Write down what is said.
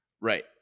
Right